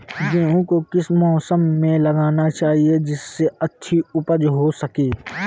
गेहूँ को किस मौसम में लगाना चाहिए जिससे अच्छी उपज हो सके?